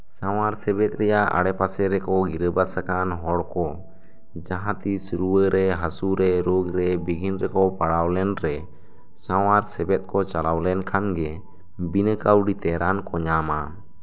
ᱥᱟᱶᱟᱨ ᱥᱮᱵᱮᱠ ᱨᱮᱭᱟᱜ ᱟᱲᱮᱯᱟᱥᱮ ᱨᱮᱠᱚ ᱜᱤᱨᱟᱹᱵᱟᱥ ᱟᱠᱟᱱ ᱦᱚᱲ ᱠᱚ ᱡᱟᱦᱟᱸᱛᱤᱸᱥ ᱨᱩᱣᱟᱹᱨᱮ ᱦᱟᱹᱥᱩᱨᱮ ᱨᱳᱜᱨᱮ ᱵᱤᱜᱷᱤᱱ ᱨᱮᱠᱚ ᱯᱟᱲᱟᱣ ᱞᱮᱱᱨᱮ ᱥᱟᱶᱟᱨ ᱥᱮᱵᱮᱠ ᱠᱚ ᱪᱟᱞᱟᱣ ᱞᱮᱱᱠᱷᱟᱱᱜᱮ ᱵᱤᱱᱟᱹ ᱠᱟᱹᱣᱰᱤᱛᱮ ᱨᱟᱱ ᱠᱚ ᱧᱟᱢᱟ